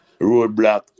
Roadblock